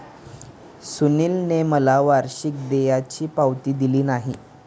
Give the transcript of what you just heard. सुनीलने मला वार्षिक देयाची पावती दिली नाही